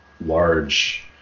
large